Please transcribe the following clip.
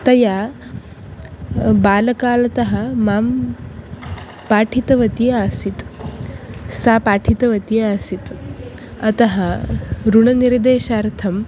तया बाल्यकालतः मां पाठितवती आसीत् सा पाठितवती आसीत् अतः ऋणनिर्देशार्थं